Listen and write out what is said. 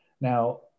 Now